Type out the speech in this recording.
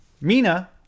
mina